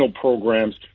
programs